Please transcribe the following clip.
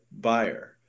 buyer